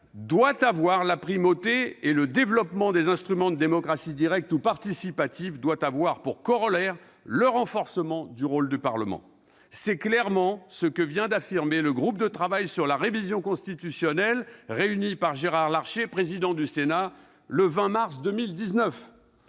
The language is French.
doit avoir la « primauté » et « le développement des instruments de démocratie directe ou participative doit avoir pour corollaire le renforcement du rôle du Parlement ». C'est clairement ce qu'a affirmé le groupe de travail sur la révision constitutionnelle, réuni par Gérard Larcher, président du Sénat, le 20 mars 2019.